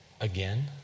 again